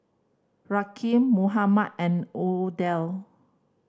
Rakeem Mohammad and Odell